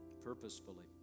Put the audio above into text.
purposefully